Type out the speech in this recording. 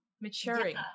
maturing